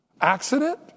Accident